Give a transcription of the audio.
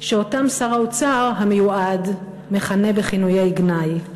שאותם שר האוצר המיועד מכנה בכינוי גנאי.